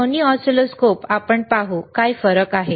तर दोन्ही ऑसिलोस्कोप आपण पाहू काय फरक आहे